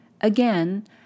Again